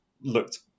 looked